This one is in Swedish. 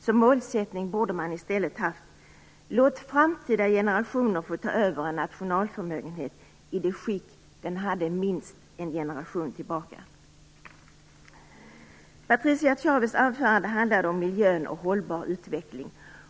Som målsättning borde man i stället haft: Låt framtida generationer få ta över en nationalförmögenhet i det skick den hade minst en generation tillbaka! Patricia Chavez anförande handlade om miljön och om en hållbar utveckling.